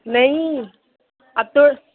नहीं अब तो